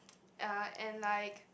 uh and like